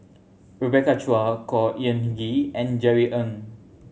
Rebecca Chua Khor Ean Ghee and Jerry Ng